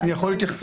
אני רוצה להגיד